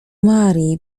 marii